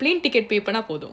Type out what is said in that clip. plane ticket paper not photo